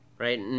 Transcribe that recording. right